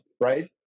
right